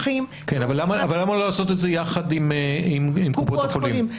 כן, אבל למה לא לעשות את זה יחד עם קופות חולים?